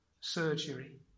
surgery